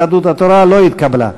יהדות התורה לא התקבלה.